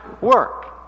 work